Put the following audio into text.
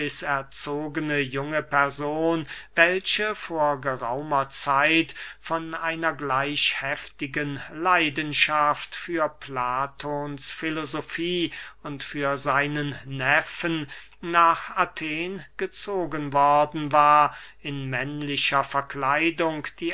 erzogene junge person welche vor geraumer zeit von einer gleich heftigen leidenschaft für platons filosofie und für seinen neffen nach athen gezogen worden war in männlicher verkleidung die